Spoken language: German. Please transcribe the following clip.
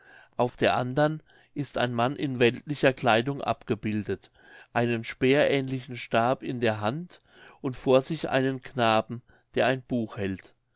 auf der andern ist ein mann in weltlicher kleidung abgebildet einen speerähnlichen stab in der hand und vor sich einen knaben der ein buch hält